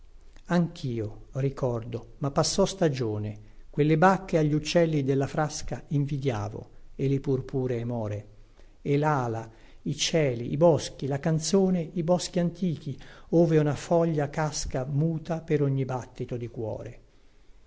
anchio ricordo ma passò stagione quelle bacche a gli uccelli della frasca invidiavo e le purpuree more e lala i cieli i boschi la canzone i boschi antichi ove una foglia casca muta per ogni battito di cuore